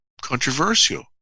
controversial